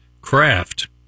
craft